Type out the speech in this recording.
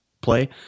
play